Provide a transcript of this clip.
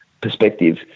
perspective